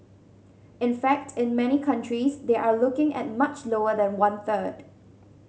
in fact in many countries they are looking at much lower than one third